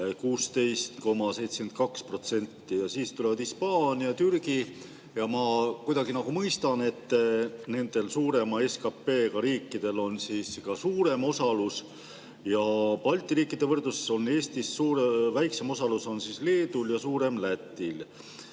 16,72% – ja siis tulevad Hispaania, Türgi. Ja ma kuidagi nagu mõistan, et nendel suurema SKP‑ga riikidel on ka suurem osalus. Balti riikide võrdluses on Eestist väiksem osalus Leedul ja suurem Lätil.